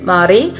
Mari